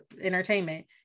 entertainment